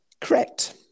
correct